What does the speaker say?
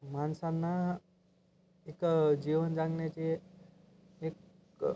माणसांना एक जीवन जगण्याची ए क